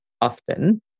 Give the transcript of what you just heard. often